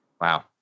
Wow